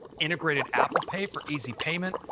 integrated apple pay for easy payment,